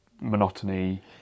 monotony